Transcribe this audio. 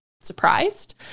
surprised